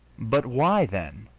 but, why, then,